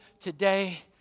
today